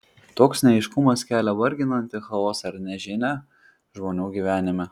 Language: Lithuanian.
toks neaiškumas kelia varginantį chaosą ir nežinią žmonių gyvenime